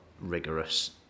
rigorous